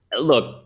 look